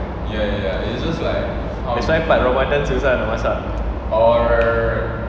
that's why part ramadhan susah nak masak